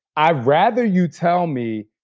i'd rather you tell me